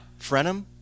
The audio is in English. Frenum